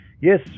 yes